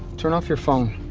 turn off your phone.